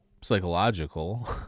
psychological